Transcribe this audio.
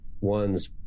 One's